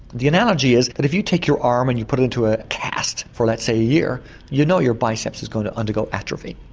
the anology is that if you take your arm and you put it into a cast for let's say a year you know your biceps is going to undergo atrophy.